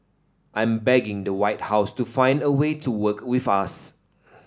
I'm begging the White House to find a way to work with us